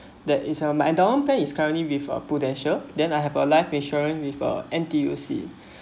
that is our endowment plan is currently with a prudential then I have a life insurance with a N_T_U_C